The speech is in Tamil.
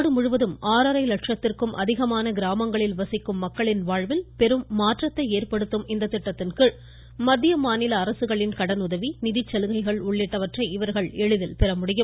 நாடு முழுவதும் ஆறரை லட்சத்திற்கும் அதிகமான கிராமங்களில் வசிக்கும் மக்களின் வாழ்வில் பெரும் மாற்றத்தை ஏற்படுத்தும் இந்த திட்டத்தின்கீழ் மத்திய மாநில அரசுகளின் கடனுதவி நிதிச் சலுகைகள் உள்ளிட்டவற்றை இவர்கள் எளிதில் பெற முடியும்